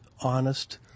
honest